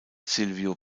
silvio